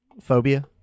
phobia